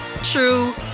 true